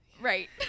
Right